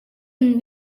een